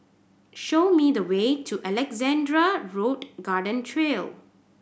show me the way to Alexandra Road Garden Trail